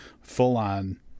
full-on